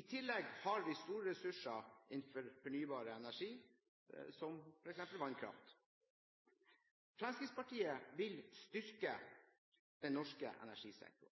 I tillegg har vi store ressurser innenfor fornybar energi, f.eks. vannkraft. Fremskrittspartiet vil styrke den norske energisektoren.